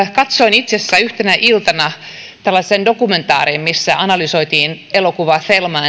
asiassa yhtenä iltana dokumentaarin missä analysoitiin elokuvaa thelma